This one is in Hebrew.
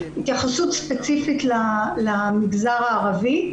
התייחסות ספציפית למגזר הערבי.